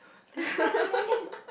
that's so late